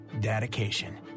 dedication